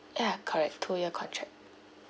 ya correct two year contract